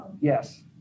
Yes